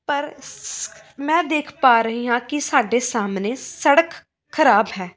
ਪਰ ਸ ਮੈਂ ਦੇਖ ਪਾ ਰਹੀ ਹਾਂ ਕਿ ਸਾਡੇ ਸਾਹਮਣੇ ਸੜਕ ਖਰਾਬ ਹੈ